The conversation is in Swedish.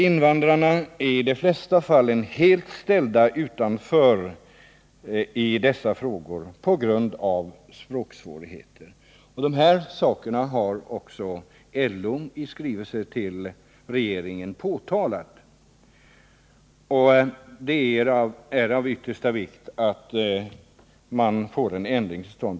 Invandrarna är mestadels helt ställda utanför i dessa frågor på grund av språksvårigheter. Dessa problem har LO, i skrivelse till regeringen, påtalat. Det är av yttersta vikt att en ändring kommer till stånd.